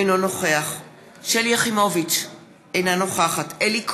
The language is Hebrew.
אינו נוכח שלי יחימוביץ, אינה נוכחת אלי כהן,